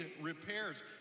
repairs